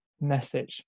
message